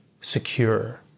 secure